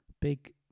big